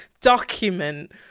document